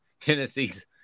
Tennessee's